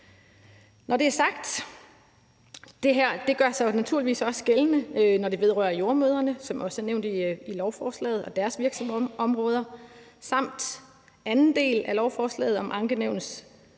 Når det er sagt, gør det her sig naturligvis også gældende, når det vedrører jordemødrene, som også er nævnt i lovforslaget, og deres virksomhedsområder. Og den anden del af lovforslaget om Ankenævnet